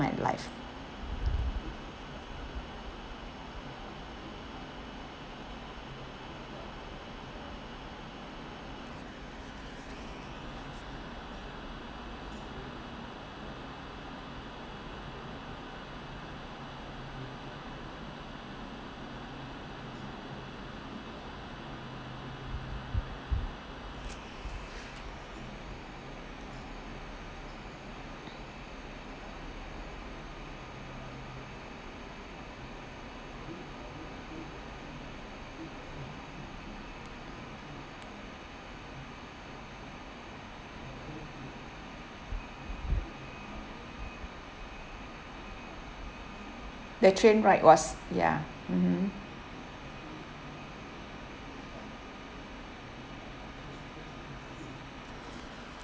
my life the train ride was ya mmhmm